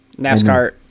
NASCAR